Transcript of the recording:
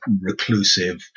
reclusive